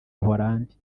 buhorandi